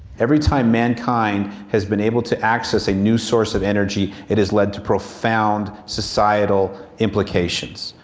every time mankind has been able to access a new source of energy it has led to profound societal implications.